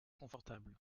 confortable